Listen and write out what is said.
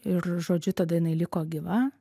ir žodžiu tada jinai liko gyva